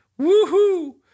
woohoo